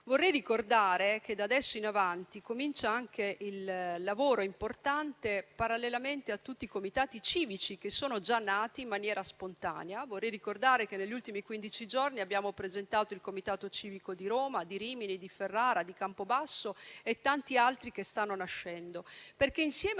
Vorrei ricordare che da adesso in avanti comincia un lavoro importante, parallelamente a tutti i comitati civici che sono già nati in maniera spontanea. Vorrei ricordare che negli ultimi quindici giorni abbiamo presentato il comitato civico di Roma, di Rimini, di Ferrara, di Campobasso e tanti altri che stanno nascendo. Insieme a